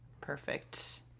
perfect